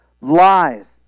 Lies